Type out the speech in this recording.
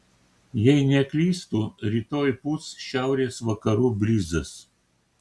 jei neklystu rytoj pūs šiaurės vakarų brizas